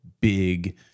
big